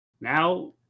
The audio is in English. Now